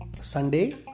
Sunday